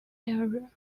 area